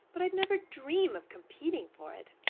but i'd never dream of competing for it.